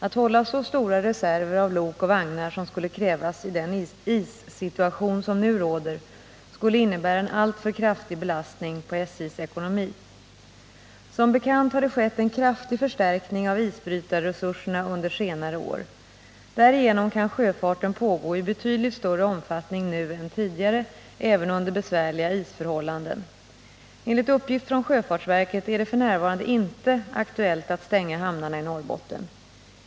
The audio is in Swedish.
Att hålla så stora reserver av lok och vagnar som skulle krävas i den issituation som nu råder skulle innebära en alltför kraftig belastning på SJ:s ekonomi. Som bekant har det skett en kraftig förstärkning av isbrytarresurserna under senare år. Därigenom kan sjöfarten pågå i betydligt större omfattning nu än tidigare, även under besvärliga isförhållanden. Enligt uppgift från sjöfartsverket är det f. n. inte aktuellt att stänga hamnarna i Norrbotten.